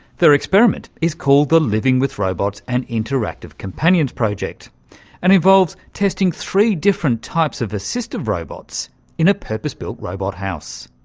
their experiment is called the living with robots and interactive companions project and involves testing three different types of assistive robots in a purpose-built robot house.